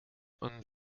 een